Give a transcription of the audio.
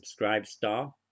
Subscribestar